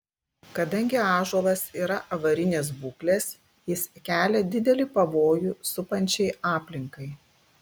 kadangi ąžuolas yra avarinės būklės jis kelia didelį pavojų supančiai aplinkai